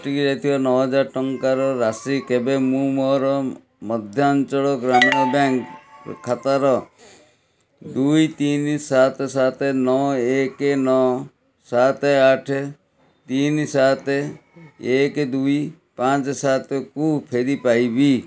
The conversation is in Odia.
ଅଟକି ଯାଇଥିବା ନଅ ହଜାର ଟଙ୍କାର ରାଶି କେବେ ମୁଁ ମୋର ମଧ୍ୟାଞ୍ଚଳ ଗ୍ରାମ୍ୟ ବ୍ୟାଙ୍କ ଖାତାର ଦୁଇ ତିନି ସାତ ସାତ ନଅ ଏକ ନଅ ସାତ ଆଠ ତିନି ସାତ ଏକ ଦୁଇ ପାଞ୍ଚ ସାତକୁ ଫେରିପାଇବି